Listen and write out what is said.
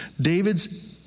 David's